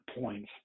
points